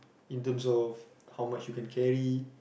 in terms of how much you can carry